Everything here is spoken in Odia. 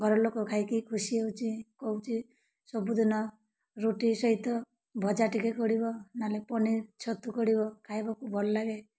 ଘରଲୋକ ଖାଇକି ଖୁସି ହେଉଛି କହୁଛି ସବୁଦିନ ରୁଟି ସହିତ ଭଜା ଟିକେ ପଡ଼ିବ ନହେଲେ ପନିର୍ ଛତୁ ପଡ଼ିବ ଖାଇବାକୁ ଭଲ ଲାଗେ